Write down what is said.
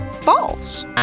false